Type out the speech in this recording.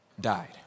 died